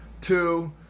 Two